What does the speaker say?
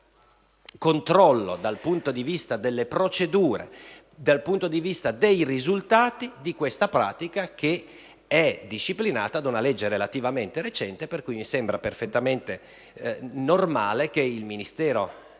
un controllo dal punto di vista delle procedure e dei risultati di tale pratica, che è disciplinata da una legge relativamente recente, mi sembra perfettamente normale che il Ministero